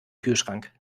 kühlschrank